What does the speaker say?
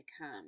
come